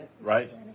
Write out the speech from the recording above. right